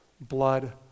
blood